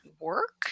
work